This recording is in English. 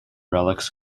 relics